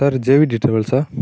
sir JVD ட்ராவல்ஸா